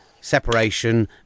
separation